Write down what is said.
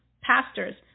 pastors